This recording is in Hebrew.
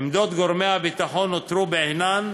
עמדות גורמי הביטחון נותרו בעינן,